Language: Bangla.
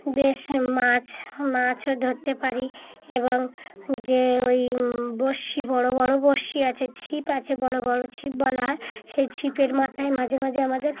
বেশ মাছ মাছও ধরতে পারি এবং যে ওই বড়শি বড়ো বড়ো বড়শি আছে ছিপ আছে বড়ো বড়ো ছিপ বলা হয় সেই ছিপের মাথায় মাঝে মাঝে আমাদের